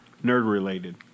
Nerd-related